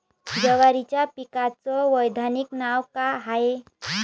जवारीच्या पिकाचं वैधानिक नाव का हाये?